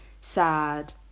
sad